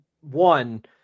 one